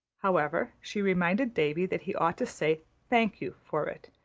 however, she reminded davy that he ought to say thank you for it.